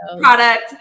product